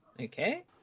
Okay